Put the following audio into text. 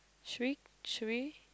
should we should we